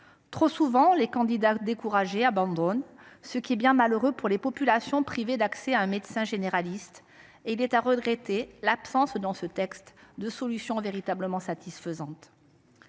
Trop souvent, les candidats, découragés, abandonnent, ce qui est bien malheureux pour les populations privées d’accès à un médecin généraliste. Je regrette l’absence dans ce texte de solutions véritablement satisfaisantes.